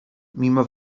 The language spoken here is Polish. mimo